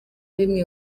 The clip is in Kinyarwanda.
bimwe